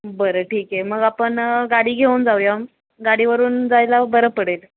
बरं ठीक आहे मग आपण गाडी घेऊन जाऊया गाडीवरून जायला बरं पडेल